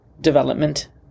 development